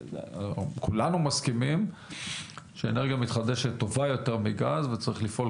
כולנו מסכימים שאנרגיה מתחדשת טובה יותר מגז וצריך לפעול